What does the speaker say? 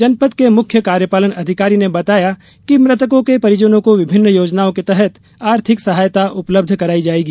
जनपद के मुख्य कार्यपालन अधिकारी ने बताया कि मृतकों के परिजनों को विभिन्न योजनाओं के तहत आर्थिक सहायता उपलब्ध कराई जायेगी